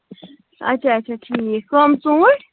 اَچھا اَچھا ٹھیٖک کَم ژوٗنٛٹھۍ